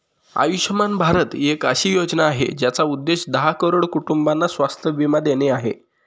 आयुष्यमान भारत एक अशी योजना आहे, ज्याचा उद्देश दहा करोड कुटुंबांना स्वास्थ्य बीमा देणे आहे